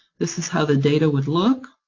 this is how the data would look,